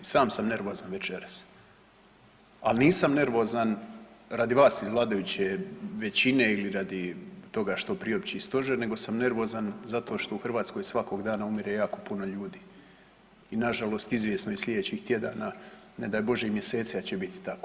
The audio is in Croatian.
Sam sam nervozan večeras, ali nisam nervozan radi vas iz vladajuće većine ili radi toga što priopći Stožer nego sam nervozan zato što u Hrvatskoj svakog dana umire jako puno ljudi i na žalost izvjesno je sljedećih tjedana, ne daj bože i mjeseci da će biti tako.